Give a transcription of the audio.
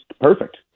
perfect